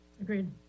Agreed